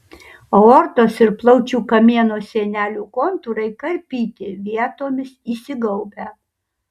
aortos ir plaučių kamieno sienelių kontūrai karpyti vietomis įsigaubę